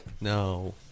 No